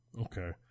Okay